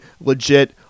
legit